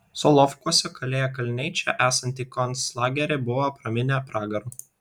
solovkuose kalėję kaliniai čia esantį konclagerį buvo praminę pragaru